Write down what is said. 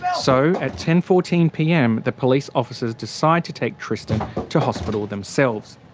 yeah so at ten. fourteen pm the police officers decide to take tristan to hospital themselves.